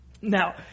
Now